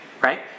right